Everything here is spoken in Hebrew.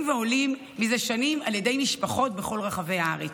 ועולים זה שנים על ידי משפחות בכל רחבי הארץ.